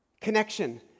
Connection